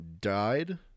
died